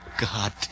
God